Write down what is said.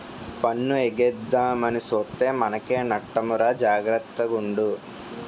పన్ను ఎగేద్దామని సూత్తే మనకే నట్టమురా జాగర్త గుండు